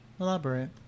Elaborate